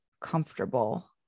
comfortable